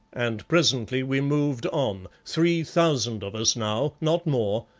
and presently we moved on, three thousand of us now, not more,